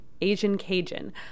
Asian-Cajun